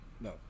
No